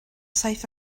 saith